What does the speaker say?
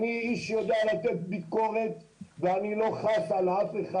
אני איש שיודע לתת ביקורת ואני לא חס על אף אחד.